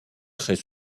très